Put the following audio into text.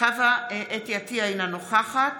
חוה אתי עטייה, אינה נוכחת